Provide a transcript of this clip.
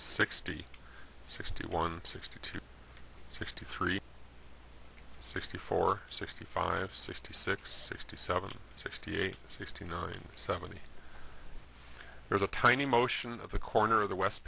sixty sixty one sixty two sixty three sixty four sixty five sixty six sixty seven sixty eight sixty nine seventy there's a tiny motion of the corner of the west